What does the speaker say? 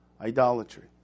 idolatry